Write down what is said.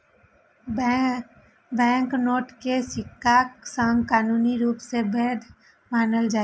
banknote कें सिक्काक संग कानूनी रूप सं वैध मानल जाइ छै